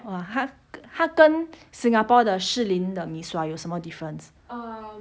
!wah! 他他跟 singapore 的士林的 mee sua 有什么 difference